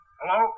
Hello